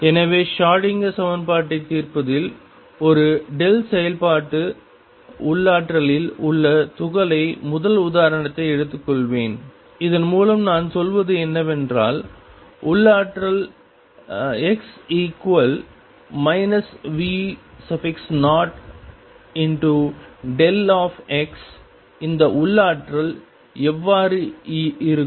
எனவே ஷ்ரோடிங்கர் சமன்பாட்டைத் தீர்ப்பதில் ஒரு செயல்பாட்டு உள்ளாற்றலில் உள்ள துகளை முதல் உதாரணத்தை எடுத்துக்கொள்வேன் இதன் மூலம் நான் சொல்வது என்னவென்றால் உள்ளாற்றல்x V0δ இந்த உள்ளாற்றல் எவ்வாறு இருக்கும்